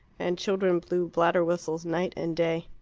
and children blew bladder whistles night and day.